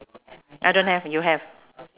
I don't have you have